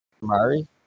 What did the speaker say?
Mari